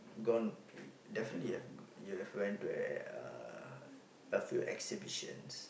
gone definitely you have you have went to uh a few exhibitions